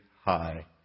high